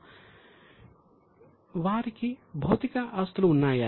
వారికి భౌతిక ఆస్తులు ఉన్నాయా